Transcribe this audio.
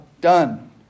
done